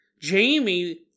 Jamie